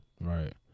Right